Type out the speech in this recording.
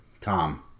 Tom